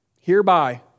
Hereby